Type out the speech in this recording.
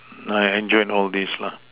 I enjoy all these lah